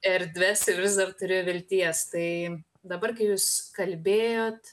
erdves ir vis dar turiu vilties tai dabar kai jūs kalbėjot